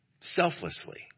selflessly